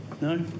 No